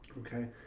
okay